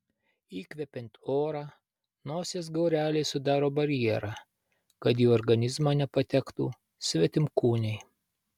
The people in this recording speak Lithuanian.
įkvepiant orą nosies gaureliai sudaro barjerą kad į organizmą nepatektų svetimkūniai